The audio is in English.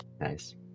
nice